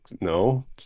no